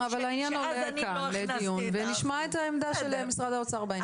אבל העניין עולה כאן לדיון ונשמע את העמדה של משרד האוצר בעניין הזה.